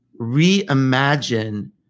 reimagine